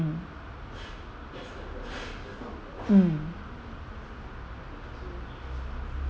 mm mm